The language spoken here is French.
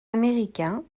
américains